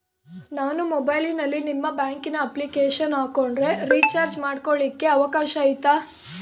ನಾನು ಮೊಬೈಲಿನಲ್ಲಿ ನಿಮ್ಮ ಬ್ಯಾಂಕಿನ ಅಪ್ಲಿಕೇಶನ್ ಹಾಕೊಂಡ್ರೆ ರೇಚಾರ್ಜ್ ಮಾಡ್ಕೊಳಿಕ್ಕೇ ಅವಕಾಶ ಐತಾ?